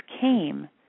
came